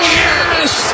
yes